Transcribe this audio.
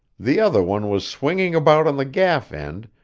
the other one was swinging about on the gaff end,